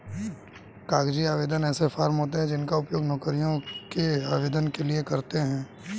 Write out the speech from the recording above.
कागजी आवेदन ऐसे फॉर्म होते हैं जिनका उपयोग नौकरियों के आवेदन के लिए करते हैं